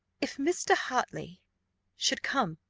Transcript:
if mr. hartley should come,